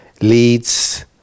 leads